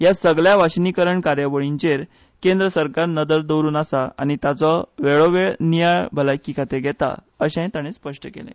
या सगल्या विशिनीकरण कार्यावळींचेर केंद्र सरकार नदर दवरून आसा आनी ताचो वेळोवेळी नियाळ भलायकी खातें घेता अशेंय तांणी स्पश्ट केलें